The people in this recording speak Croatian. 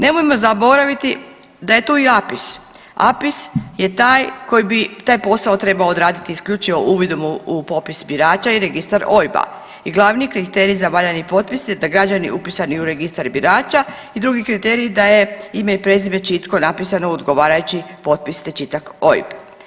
Nemojmo zaboraviti da je tu i APIS, APIS je taj koji bi taj posao trebao odraditi isključivo uvidom u popis birača i registar OIB-a i glavni kriterij za valjani potpis je da građani upisani u registar birača i drugi kriterij da je ime i prezime čitko napisano u odgovarajući potpis te čitak OIB.